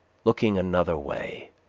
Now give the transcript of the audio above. looking another way,